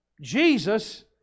Jesus